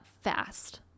fast